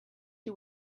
you